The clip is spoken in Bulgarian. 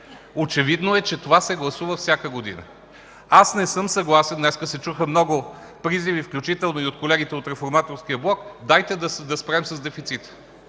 Очевидно е, че това се гласува всяка година. Аз не съм съгласен – днес се чуха много призиви, включително и от колегите от Реформаторския блок: „Дайте да спрем с дефицита.”